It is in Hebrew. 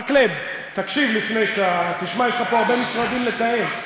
מקלב, תקשיב, יש לך פה הרבה משרדים לתאם.